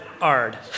Ard